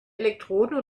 elektroden